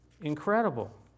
incredible